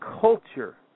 culture